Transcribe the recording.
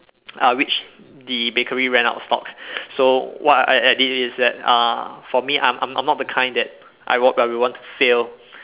uh which the bakery ran out of stock so what I I I did is that uh for me I'm I'm not the kind that I work and I want to fail